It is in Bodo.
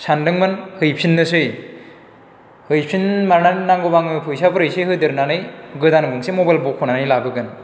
सान्दोंमोन हैफिननोसै हैफिननानै नांगौबा आङो फैसाफोर एसे होदेरनानै गोदान गंसे मबाइल बख'नानै लाबोगोन